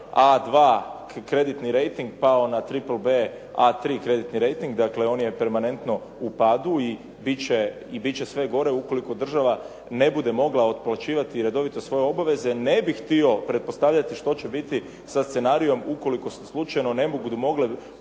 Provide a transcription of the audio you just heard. BA2 kreditni rejting pao na Triple BA3 kreditni rejting, dakle on je permanentno u padu i bit će sve gore ukoliko država ne bude mogla otplaćivati redovito svoje obaveze ne bih htio pretpostavljati što će biti sa scenarijem ukoliko se slučajno ne budu mogle